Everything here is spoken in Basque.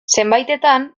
zenbaitetan